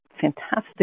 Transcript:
fantastic